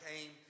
came